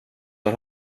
tar